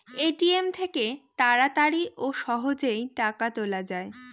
ATM থেকে তাড়াতাড়ি ও সহজেই টাকা তোলা যায়